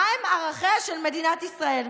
מהם ערכיה של מדינת ישראל",